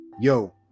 Yo